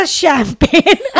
champagne